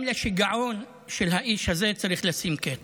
גם לשיגעון של האיש הזה צריך לשים קץ.